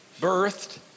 birthed